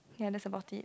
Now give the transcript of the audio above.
ya that's about it